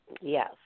Yes